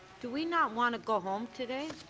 do we not want to go home today?